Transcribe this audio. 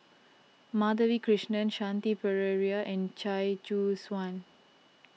Madhavi Krishnan Shanti Pereira and Chia Choo Suan